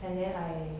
and then I